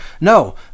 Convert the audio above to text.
No